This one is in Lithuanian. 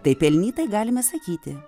tai pelnytai galime sakyti